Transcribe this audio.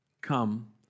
Come